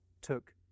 took